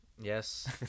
yes